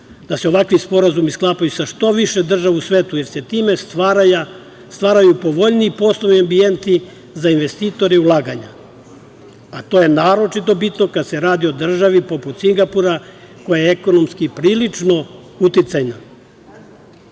da se ovakvi sporazumi sklapaju sa što više država u svetu, jer se time stvaraju povoljniji poslovni ambijenti za investitore i ulaganja, a to je naročito bitno kada se radi o državi poput Singapura, koja je ekonomski prilično uticajna. Posebno